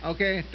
Okay